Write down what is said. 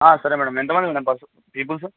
సరే మేడమ్ ఎంతమంది పీపుల్సు